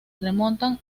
remontan